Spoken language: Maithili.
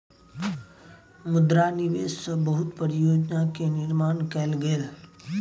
मुद्रा निवेश सॅ बहुत परियोजना के निर्माण कयल गेल